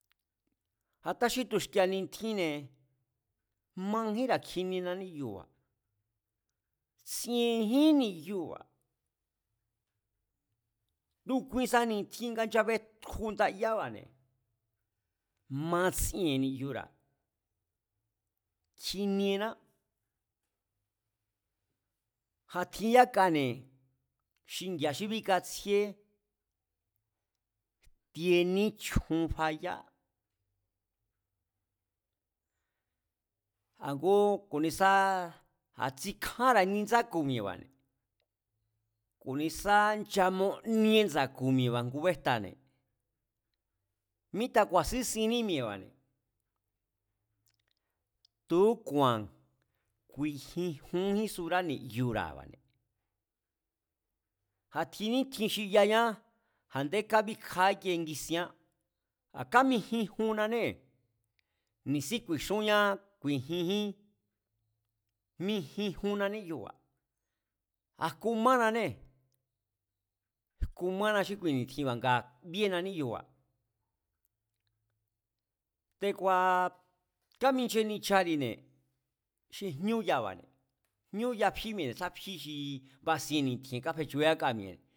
A̱ta xi tu̱xki̱e̱a̱ ni̱tjinne̱ majínra̱ kjiniena níyuba̱, tsi̱e̱njín ni̱yuba̱, tu̱ kuisa ni̱tjin nga nchabetju ndayába̱ matsi̱e̱n ni̱yura̱ kjiniená. A̱ tjin yákane̱ xingi̱a̱a xí bíkatsjíé, jtie níchjun faya, a̱ngú ku̱nisa tsikjanra̱ kjindi ndsáku̱ mi̱e̱ba̱ne̱, ku̱nisa nchamoníe ndsa̱ku̱ mi̱e̱ba̱ ngubéjtane̱, mita ku̱a̱sín sinní mi̱e̱ba̱, tu̱úku̱a̱n ku̱i̱jinjunjín surá ni̱yura̱ba̱ne̱ a̱ tjin nítjin xi yañá a̱nde kábíkja íkie ngisiaán, a̱ kamijinnanée̱ ni̱sí ku̱i̱xúnñá ku̱i̱jinjín, mijinjuna níyuba̱, a̱ jku mananee̱, jku mána xí kui ni̱tjinba̱ nga bíena níyuba̱. Te̱ku̱a̱ kamiche nichari̱ne̱ xi jñú yaba̱ne̱, jñú ya fí mi̱e̱, sa fí xi basien ni̱tji̱e̱n kafechu yáka mi̱e̱ne̱